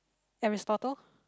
Aristotle